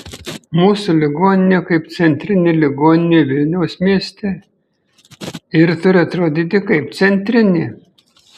mūsų ligoninė kaip centrinė ligoninė vilniaus mieste ir turi atrodyti kaip centrinė